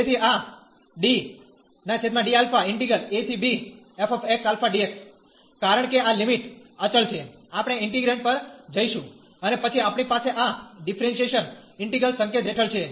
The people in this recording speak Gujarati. તેથી આ કારણ કે આ લિમિટ અચળ છે આપણે ઇન્ટીગ્રેન્ડ પર જઈશું અને પછી આપણી પાસે આ ડીફરેંશીયેશન ઈન્ટિગ્રલ સંકેત હેઠળ છે